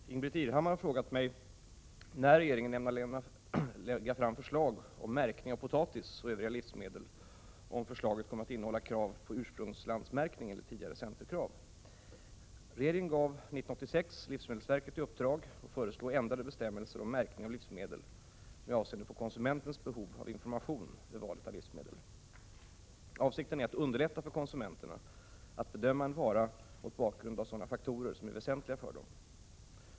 Herr talman! Ingbritt Irhammar har frågat mig när regeringen ämnar lägga fram förslag om märkning av potatis och övriga livsmedel och om förslaget kommer att innehålla krav på ursprungslandsmärkning enligt tidigare centerkrav. Regeringen gav år 1986 livsmedelsverket i uppdrag att föreslå ändrade bestämmelser om märkning av livsmedel med avseende på konsumentens behov av information vid valet av livsmedel. Avsikten var att underlätta för konsumenterna att bedöma en vara mot bakgrund av sådana faktorer som är väsentliga för dem.